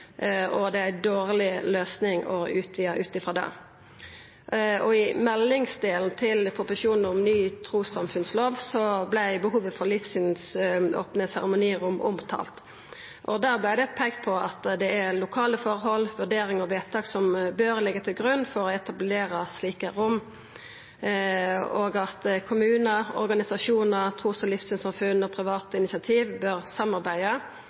og det er ei dårleg løysing å utvida ut frå det. I meldingsdelen til proposisjonen om ny trussamfunnslov vart behovet for livssynsopne seremonirom omtalt. Der vart det peikt på at: «Det bør være lokale forhold, vurderinger og beslutninger som ligger til grunn for etablering av livssynsåpne seremonirom. Kommuner, organisasjoner, tros- og livssynssamfunn og private initiativ bør samarbeide